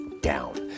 down